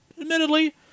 admittedly